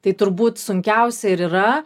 tai turbūt sunkiausia ir yra